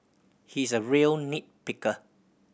he is a real nit picker